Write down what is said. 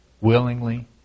willingly